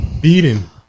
beating